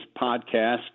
Podcast